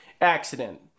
accident